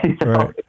Right